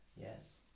yes